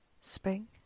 Spring